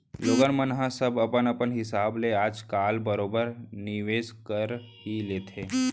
लोगन मन ह सब अपन अपन हिसाब ले आज काल बरोबर निवेस कर ही लेथे